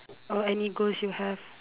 or any goals you have